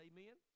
Amen